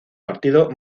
partido